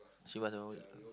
she was on her way